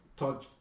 touch